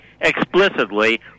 explicitly